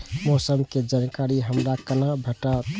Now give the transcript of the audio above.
मौसम के जानकारी हमरा केना भेटैत?